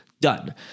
done